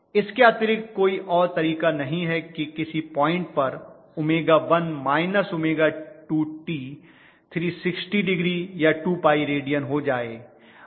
इसके अतिरिक्त कोई और तरीका नहीं है कि किसी पॉइंट पर 𝜔1 −𝜔2t 360 डिग्री या 2Π रेडियन हो जाए